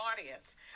audience